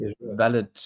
valid